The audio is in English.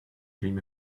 dream